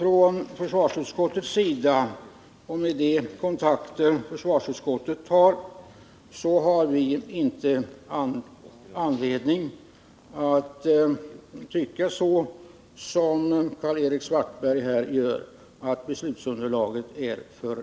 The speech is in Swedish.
Vi som sitter i försvarsutskottet tycker med hänsyn till de kontakter som tagits inte att detta beslutsunderlag är dåligt.